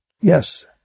Yes